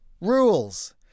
rules